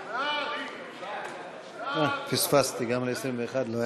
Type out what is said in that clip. רואה, פספסתי, גם ל-21 לא היה.